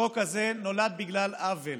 החוק הזה נולד בגלל עוול.